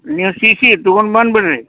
ನೀವು C C ತೊಗೊಂಡು ಬಂದು ಬಿಡ್ರಿ